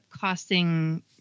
costing